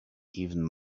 even